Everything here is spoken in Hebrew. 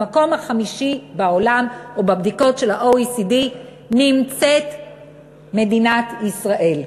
במקום החמישי בעולם או בבדיקות של ה-OECD נמצאת מדינת ישראל.